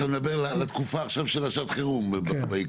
אתה מדבר על התקופה עכשיו של שעת החירום בעיקרון.